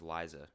liza